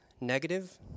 negative